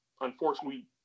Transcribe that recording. unfortunately